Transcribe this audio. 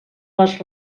les